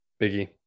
Biggie